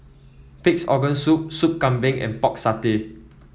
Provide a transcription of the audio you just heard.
Pig's Organ Soup Sup Kambing and Pork Satay